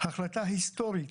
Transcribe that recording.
החלטה היסטורית